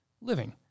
Living